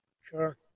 Sure